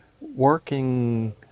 working